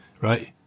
right